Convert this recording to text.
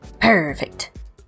Perfect